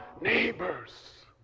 neighbors